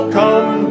come